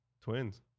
twins